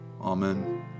Amen